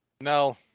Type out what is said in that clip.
no